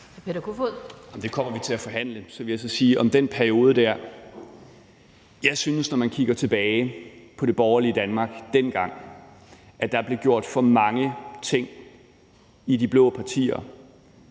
det kommer vi til at forhandle om. Og så vil jeg så sige om den periode der, at jeg synes, at når man kigger tilbage på det borgerlige Danmark dengang, blev der gjort for mange ting i de blå partier